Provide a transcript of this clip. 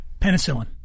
Penicillin